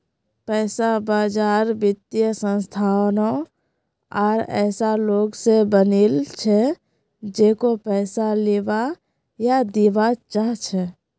पैसा बाजार वित्तीय संस्थानों आर ऐसा लोग स बनिल छ जेको पैसा लीबा या दीबा चाह छ